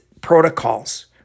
protocols